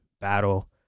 battle